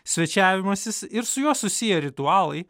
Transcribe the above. svečiavimasis ir su juo susiję ritualai